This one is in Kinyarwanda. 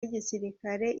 y’igisirikare